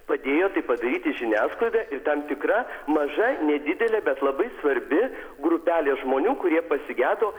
padėjo tai padaryti žiniasklaida ir tam tikra maža nedidelė bet labai svarbi grupelė žmonių kurie pasigedo